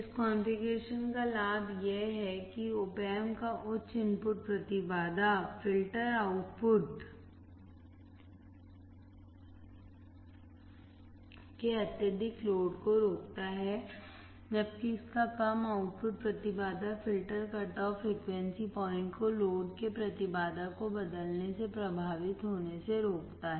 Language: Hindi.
इस कॉन्फ़िगरेशन का लाभ यह है कि Op Amp का उच्च इनपुट प्रतिबाधा फ़िल्टर आउटपुट के अत्यधिक लोड को रोकता है जबकि इसका कम आउटपुट प्रतिबाधा filter cut off frequency point को लोड के प्रतिबाधा को बदलने से प्रभावित होने से रोकता है